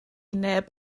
neb